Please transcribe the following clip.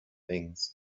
things